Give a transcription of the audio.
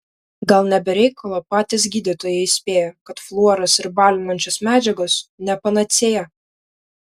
gal ne be reikalo patys gydytojai įspėja kad fluoras ir balinančios medžiagos ne panacėja